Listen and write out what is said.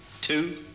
two